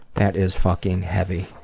that is fucking heavy.